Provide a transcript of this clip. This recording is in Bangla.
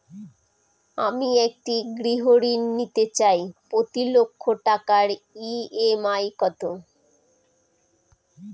আমি একটি গৃহঋণ নিতে চাই প্রতি লক্ষ টাকার ই.এম.আই কত?